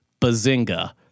Bazinga